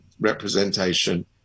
representation